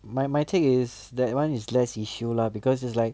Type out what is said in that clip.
my my take is that one is less issue lah because it's like